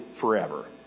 forever